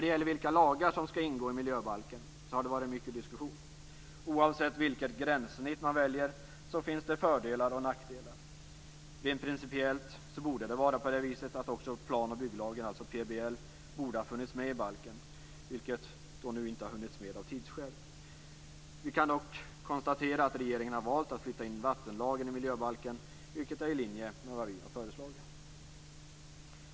Det har varit mycket diskussion om vilka lagar som skall ingå i miljöbalken. Oavsett vilket gränssnitt man väljer finns det fördelar och nackdelar. Rent principiellt borde också plan och bygglagen, PBL, funnits med i balken, vilket inte har hunnits med av tidsskäl. Vi kan dock konstatera att regeringen har valt att flytta in vattenlagen i miljöbalken, vilket är i linje med vad vi har föreslagit.